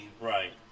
Right